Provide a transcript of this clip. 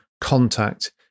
contact